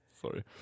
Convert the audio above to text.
Sorry